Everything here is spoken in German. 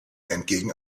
entgegen